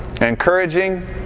encouraging